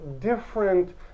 different